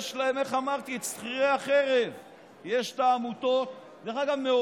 איך אמרתי, יש להם את שכירי החרב.